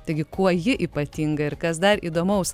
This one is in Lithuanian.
taigi kuo ji ypatinga ir kas dar įdomaus